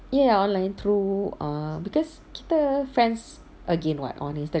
ya online through err because kita friends again [what] on instagram